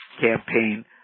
campaign